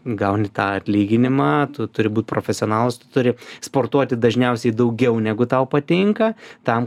gauni tą atlyginimą tu turi būt profesionalas tu turi sportuoti dažniausiai daugiau negu tau patinka tam